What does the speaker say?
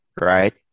right